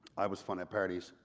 i was fun at parties.